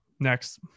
next